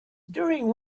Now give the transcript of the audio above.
during